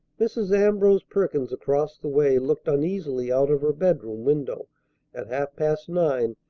mrs. ambrose perkins across the way looked uneasily out of her bedroom window at half-past nine,